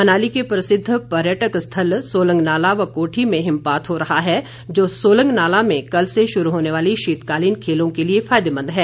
मनाली के प्रसिद्व पर्यटन स्थल सोलंगनाला व कोठी में हिमपात हो रहा है जो सोलंगनाला में कल से शुरू होने वाली शीतकालीन खेलों के लिए फायदेमंद है